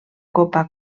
copa